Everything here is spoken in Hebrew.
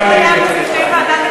יושב-ראש הוועדה,